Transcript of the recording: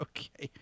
Okay